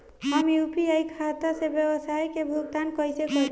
हम यू.पी.आई खाता से व्यावसाय के भुगतान कइसे करि?